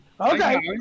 Okay